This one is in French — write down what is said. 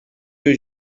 que